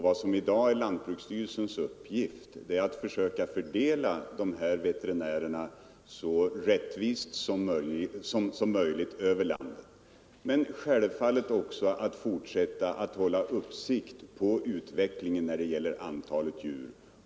Vad som i dag är lantbruksstyrelsens uppgift är att försöka fördela dessa veterinärer så rättvist som möjligt över landet, men självfallet också att fortsätta att hålla uppsikt över utvecklingen när det gäller antalet djur.